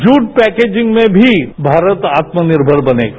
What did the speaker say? jute packaging में भी भारत आत्मनिर्मर बनेगा